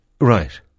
Right